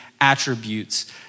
attributes